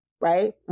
Right